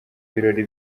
birori